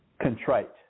Contrite